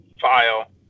File